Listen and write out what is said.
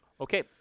okay